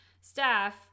staff